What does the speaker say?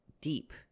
deep